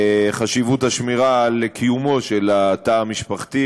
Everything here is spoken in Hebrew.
חשיבות השמירה על קיומו של התא המשפחתי